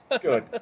Good